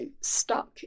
stuck